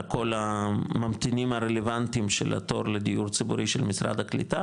לכל הממתינים הרלוונטיים של התור לדיור ציבורי של משרד הקליטה